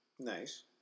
Nice